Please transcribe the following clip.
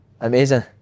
Amazing